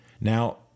Now